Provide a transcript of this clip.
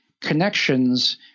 connections